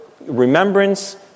remembrance